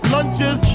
Lunches